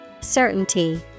Certainty